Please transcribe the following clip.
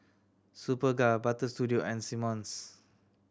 Superga Butter Studio and Simmons